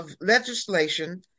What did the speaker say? legislation